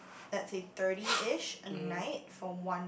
let's say thirty each a night for one